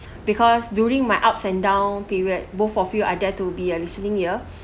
because during my ups and down period both of you are there to be a listening ear